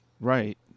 Right